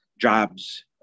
jobs